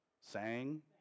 sang